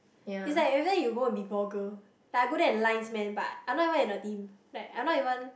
is like either you go be ball girl like I go there and lines man but I'm not even in a team like I'm not even